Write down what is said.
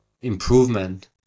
improvement